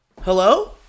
hello